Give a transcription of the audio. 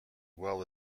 well